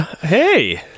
hey